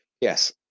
Yes